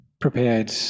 prepared